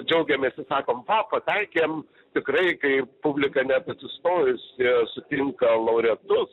džiaugiamės ir sakom pataikėm tikrai kai publika net atsistojusi sutrinka laureatus